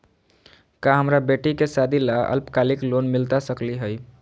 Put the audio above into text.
का हमरा बेटी के सादी ला अल्पकालिक लोन मिलता सकली हई?